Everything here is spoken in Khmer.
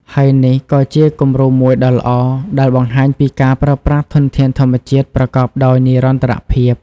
ហើយនេះក៏ជាគំរូមួយដ៏ល្អដែលបង្ហាញពីការប្រើប្រាស់ធនធានធម្មជាតិប្រកបដោយនិរន្តរភាព។